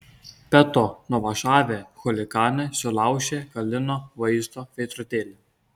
be to nuvažiavę chuliganai sulaužė galinio vaizdo veidrodėlį